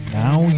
now